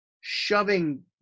shoving